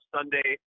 Sunday